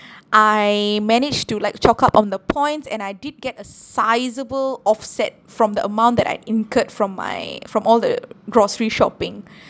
I managed to like chalk up on the points and I did get a sizable offset from the amount that I'd incurred from my from all the grocery shopping